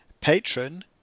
patron